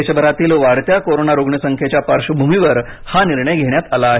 देशभरातील वाढत्या कोरोना रुग्णसंख्येच्या पार्श्वभूमीवर हा निर्णय घेण्यात आला आहे